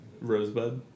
Rosebud